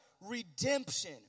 redemption